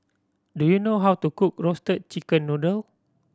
do you know how to cook Roasted Chicken Noodle